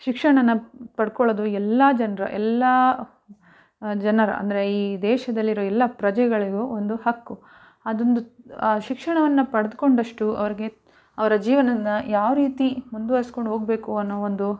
ಶಿಕ್ಷಣ ಪಡ್ಕೊಳ್ಳೋದು ಎಲ್ಲ ಜನರ ಎಲ್ಲ ಜನರ ಅಂದರೆ ಈ ದೇಶದಲ್ಲಿರುವ ಎಲ್ಲ ಪ್ರಜೆಗಳಿಗೂ ಒಂದು ಹಕ್ಕು ಅದೊಂದು ಶಿಕ್ಷಣವನ್ನು ಪಡೆದ್ಕೊಂಡಷ್ಟು ಅವ್ರಿಗೆ ಅವರ ಜೀವನನ ಯಾವ ರೀತಿ ಮುಂದ್ವರ್ಸ್ಕೊಂಡು ಹೋಗಬೇಕು ಅನ್ನೋ ಒಂದು